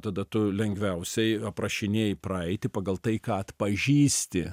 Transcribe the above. tada tu lengviausiai aprašinėji praeitį pagal tai ką atpažįsti